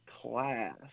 class